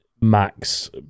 Max